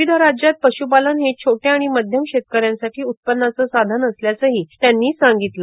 विविध राज्यात पशुपालन हे छोट्या आणि मध्यम शेतकऱ्यांसाठी उत्पन्नाचं साधन असल्याचंही त्यांनी सांगितलं